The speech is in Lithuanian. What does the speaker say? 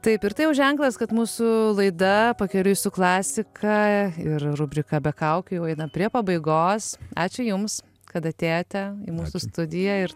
taip ir tai jau ženklas kad mūsų laida pakeliui su klasika ir rubrika be kaukių jau eina prie pabaigos ačiū jums kad atėjote į mūsų studiją ir